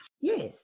Yes